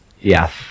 yes